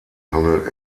handelt